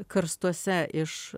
karstuose iš